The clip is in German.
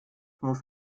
muss